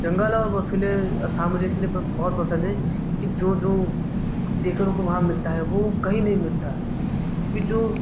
जंगल है और शाम मुझे इसी लिए बहुत पसंद है क्योंकि जो जो देखने को वहाँ मिलता है वो कहीं नहीं मिलता क्योंकि जो